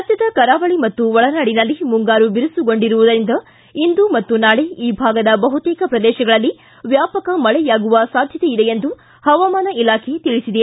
ರಾಜ್ಯದ ಕರಾವಳಿ ಹಾಗೂ ಒಳನಾಡಿನಲ್ಲಿ ಮುಂಗಾರು ಬಿರುಸುಗೊಂಡಿರುವುದರಿಂದ ಇಂದು ಮತ್ತು ನಾಳೆ ಈ ಭಾಗದ ಬಹುತೇಕ ಪ್ರದೇಶಗಳಲ್ಲಿ ವ್ಯಾಪಕ ಮಳೆಯಾಗುವ ಸಾಧ್ಯತೆ ಇದೆ ಎಂದು ಹವಾಮಾನ ಇಲಾಖೆ ತಿಳಿಸಿದೆ